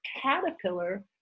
caterpillar